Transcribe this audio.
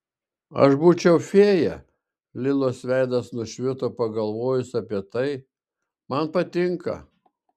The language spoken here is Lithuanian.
aš būčiau fėja lilos veidas nušvito pagalvojus apie tai man patinka